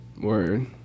Word